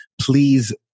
please